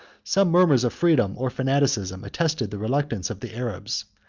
some murmurs of freedom or fanaticism attested the reluctance of the arabs,